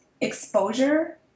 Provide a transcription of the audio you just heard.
exposure